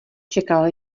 čekal